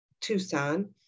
Tucson